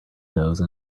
nose